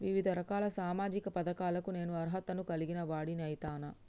వివిధ రకాల సామాజిక పథకాలకు నేను అర్హత ను కలిగిన వాడిని అయితనా?